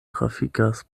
trafikas